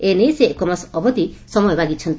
ଏନେଇ ସେ ଏକମାସ ଅଧିକ ସମୟ ମାଗିଛନ୍ତି